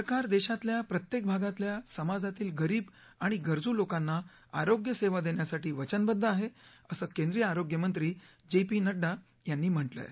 सरकार देशातल्या प्रत्येक भागातल्या समाजातील गरीब आणि गरजू लोकांना आरोग्य सेवा देण्यासाठी वचनबद्व आहे असं केंद्रीय आरोग्यमंत्री जे पी नङ्डा यांनी म्हटलं आहे